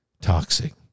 toxic